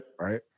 Right